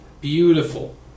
Beautiful